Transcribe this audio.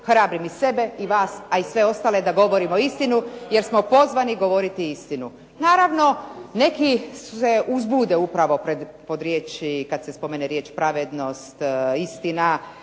hrabrim i sebe i vas, a i sve ostale da govorimo istinu, jer smo pozvani govoriti istinu. Naravno, neki se uzbude kada se spomenu riječi pravednost, istina,